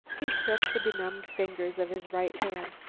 he shook the benumbed fingers of his right hand,